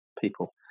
people